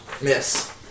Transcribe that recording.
Miss